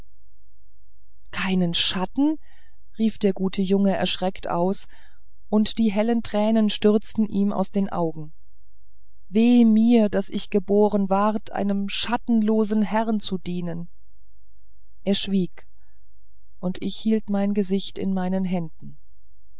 keinen schatten rief der gute junge erschreckt aus und die hellen tränen stürzten ihm aus den augen weh mir daß ich geboren ward einem schattenlosen herrn zu dienen er schwieg und ich hielt mein gesicht in meinen händen